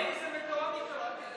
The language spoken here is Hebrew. קטי, זה מתואם איתו, אל תדאגי.